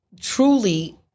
truly